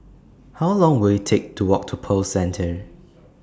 How Long Will IT Take to Walk to Pearl Centre